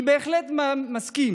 אני בהחלט מסכים